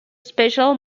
special